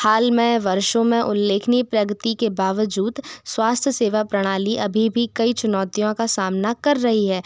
हाल में वर्षों में उल्लेखनीय प्रगति के बावजूद स्वास्थ्य सेवा प्रणाली अभी भी कई चुनौतियों का सामना कर रही है